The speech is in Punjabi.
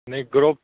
ਨਹੀਂ ਗਰੁੱਪ